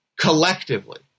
collectively